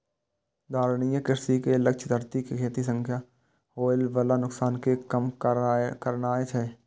धारणीय कृषि के लक्ष्य धरती कें खेती सं होय बला नुकसान कें कम करनाय छै